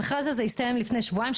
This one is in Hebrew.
המכרז הזה הסתיים לפני שבועיים,